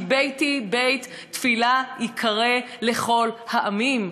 כי "ביתי בית תפִלה יִקרא לכל העמים".